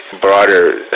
broader